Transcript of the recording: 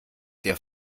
der